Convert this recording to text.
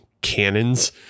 Cannons